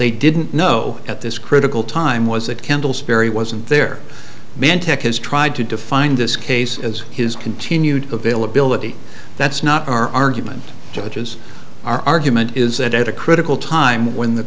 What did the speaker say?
they didn't know at this critical time was that kendall sperry wasn't there mantic has tried to define this case as his continued availability that's not our argument judges argument is that at a critical time when the